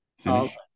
finish